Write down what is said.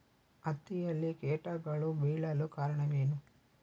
ಹತ್ತಿಯಲ್ಲಿ ಕೇಟಗಳು ಬೇಳಲು ಕಾರಣವೇನು?